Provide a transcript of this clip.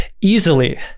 easily